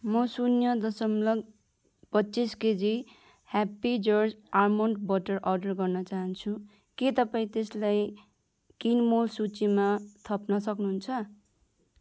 म शून्य दशमलव पच्चिस KG happy jars almond butter order गर्न चाहान्छु के तपाईँ त्यसलाई किनमेल सूचीमा थप्न सक्नुहुन्छ